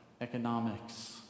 economics